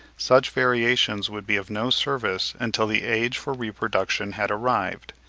such variations would be of no service until the age for reproduction had arrived,